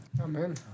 Amen